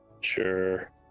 Sure